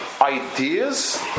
ideas